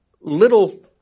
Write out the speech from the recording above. little